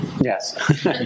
Yes